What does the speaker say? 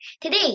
Today